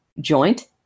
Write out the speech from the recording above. joint